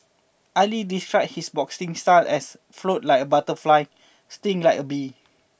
Ali described his boxing style as float like a butterfly sting like a bee